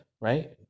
right